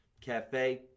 Cafe